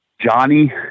Johnny